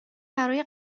برای